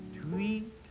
tweet